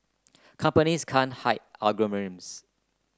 companies can't hide algorithms